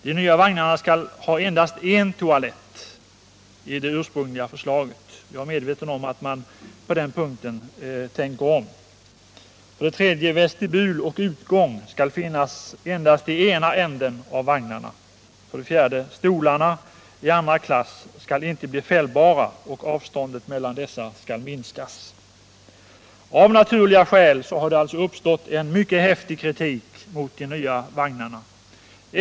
För det andra skall de nya vagnarna enligt det ursprungliga förslaget ha endast en toalett. Jag är medveten om att man på den punkten har tänkt om. För det tredje skall vestibul och utgång finnas endast i ena änden av vagnarna. För det fjärde skall stolarna i andra klass inte bli fällbara och avståndet mellan dessa minskas. förbättra kollektiv Av naturliga skäl har det uppstått en mycket häftig kritik mot de nya vagnarna.